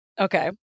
Okay